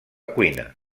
cuina